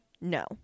no